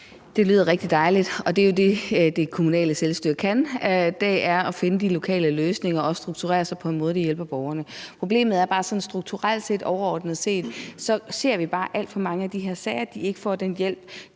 Det lyder rigtig dejligt, og det, som det kommunale selvstyre kan, er jo at finde lokale løsninger og strukturere sig på en måde, hvor de hjælper borgerne. Problemet er bare, at vi sådan strukturelt set, overordnet set i alt for mange af de her sager ser, at de ikke får den hjælp,